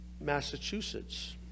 Massachusetts